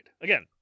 Again